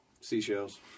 seashells